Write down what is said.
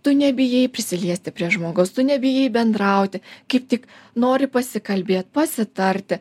tu nebijai prisiliesti prie žmogaus tu nebijai bendrauti kaip tik nori pasikalbėt pasitarti